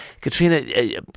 Katrina